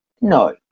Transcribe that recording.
no